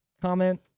comment